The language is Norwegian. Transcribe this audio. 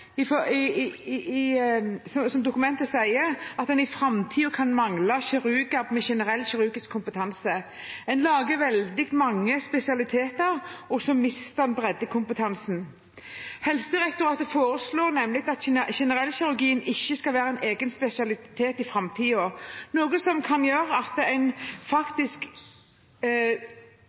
for leger som kan føre til – som dokumentet sier – at en i framtiden kan mangle kirurger med generell kirurgisk kompetanse. En lager veldig mange spesialiteter, og så mister en breddekompetansen. Helsedirektoratet foreslår nemlig at generellkirurgien ikke skal være en egen spesialitet i framtiden, noe som kan gjøre at en faktisk